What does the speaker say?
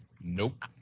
Nope